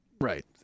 Right